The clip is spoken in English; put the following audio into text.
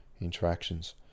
interactions